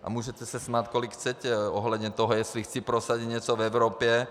A můžete se smát kolik chcete ohledně toho, jestli chci prosadit něco v Evropě.